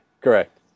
correct